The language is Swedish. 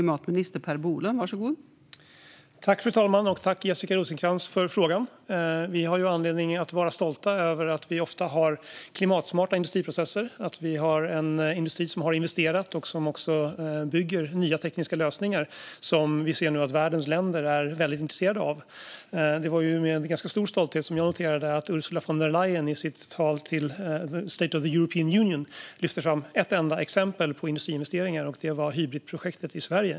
Fru talman! Tack, Jessica Rosencrantz, för frågan! Vi har anledning att vara stolta över att vi ofta har klimatsmarta industriprocesser och att vi har en industri som har investerat och som bygger nya tekniska lösningar som vi nu ser att världens länder är väldigt intresserade av. Det var med ganska stor stolthet som jag noterade att Ursula von der Leyen i sitt tal om State of the European Union lyfte fram ett enda exempel på industriinvesteringar, och det var Hybritprojektet i Sverige.